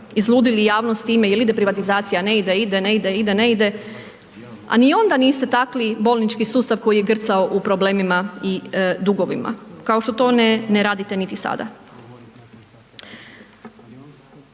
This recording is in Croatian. izludili javnost time jel ide privatizacija, ne ide, ide, ne ide, ide, ne ide, a ni onda niste takli bolnički sustav koji je grcao u problemima i dugovima kao što to ne radite niti sada.